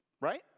Right